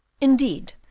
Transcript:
indeed